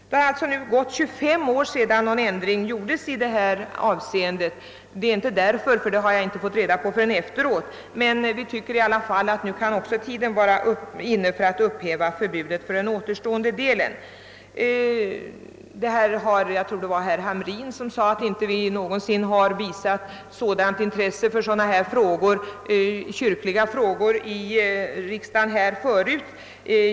Nu har det alltså gått 25 år sedan någon ändring gjordes i detta avseende, och vi tycker att tiden kan vara inne att upphäva förbudet för återstående helgdagar. Herr Hamrin i Jönköping sade att vi inte någonsin visat sådant intresse för kyrkliga frågor förut i riksdagen.